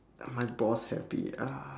uh my boss happy ah